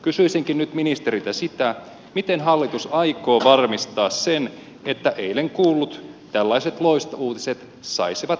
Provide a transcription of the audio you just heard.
kysyisinkin nyt ministeriltä sitä miten hallitus aikoo varmistaa sen että tällaiset eilen kuullut loistouutiset saisivat nyt jatkoa